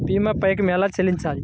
భీమా పైకం ఎలా చెల్లించాలి?